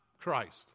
Christ